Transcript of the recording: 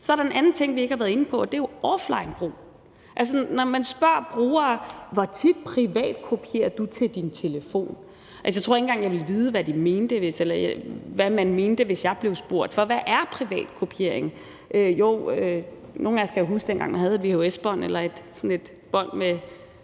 Så er der en anden ting i, vi ikke har været inde på, og det er jo offlinebrug. Man kan spørge brugere: Hvor tit privatkopierer du til din telefon? Altså, jeg tror ikke engang, jeg ville vide, hvad de mente, hvis jeg blev spurgt, for hvad er privatkopiering? Jo, nogle af os kan huske, dengang man havde vhs-båndene eller sådan et bånd med